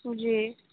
جی